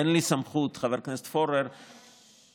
אין לי סמכות, חבר הכנסת פורר, ששש.